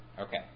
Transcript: Okay